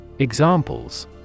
Examples